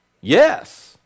Yes